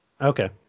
Okay